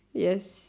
yes